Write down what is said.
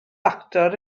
actor